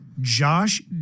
Josh